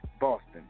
Boston